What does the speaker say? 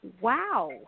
wow